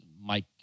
Mike